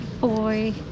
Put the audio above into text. boy